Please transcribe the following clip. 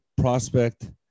prospect